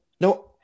No